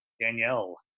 Danielle